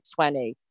20